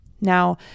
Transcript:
Now